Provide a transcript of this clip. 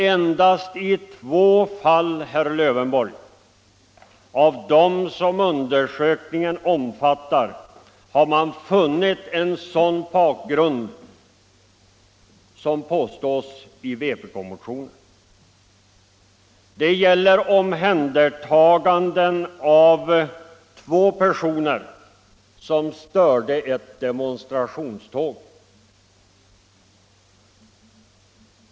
Endast i två fall, herr Lövenborg, av dem som undersökningen omfattar har man funnit en sådan bakgrund som i vpk-motionen anges. Det gäller omhändertaganden av två personer som störde ett demonstrationståg.